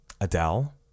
Adele